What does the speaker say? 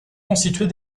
constitués